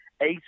Eight